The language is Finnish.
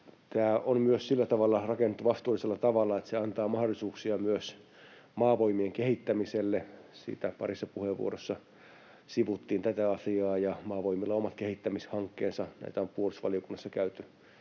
Tämä on myös rakennettu sillä tavalla vastuullisella tavalla, että se antaa mahdollisuuksia myös Maavoimien kehittämiselle. Parissa puheenvuorossa sivuttiin tätä asiaa. Maavoimilla on omat kehittämishankkeensa. Näitä on puolustusvaliokunnassa käyty